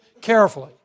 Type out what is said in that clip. carefully